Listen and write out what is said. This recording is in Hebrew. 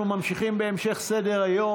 אנחנו ממשיכים בסדר-היום.